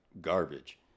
garbage